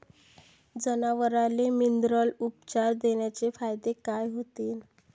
जनावराले मिनरल उपचार देण्याचे फायदे काय होतीन?